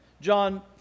John